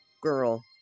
Girl